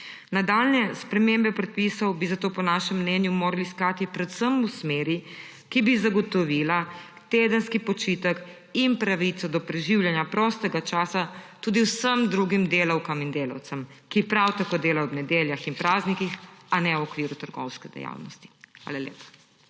Nadaljnje spremembe predpisov bi zato po našem mnenju morali iskati predvsem v smeri, ki bi zagotovila tedenski počitek in pravico do preživljanja prostega časa tudi vsem drugim delavkam in delavcem, ki prav tako delajo ob nedeljah in praznikih, a ne v okviru trgovske dejavnosti. Hvala lepa.